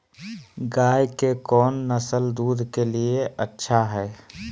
गाय के कौन नसल दूध के लिए अच्छा है?